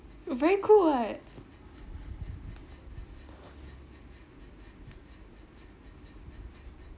you're very cool [what]